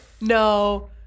no